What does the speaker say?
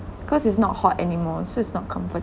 cause it's not hot anymore so it's not